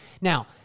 now